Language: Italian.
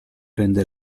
rende